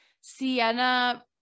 Sienna